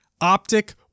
Optic